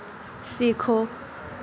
सीखो